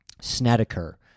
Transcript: Snedeker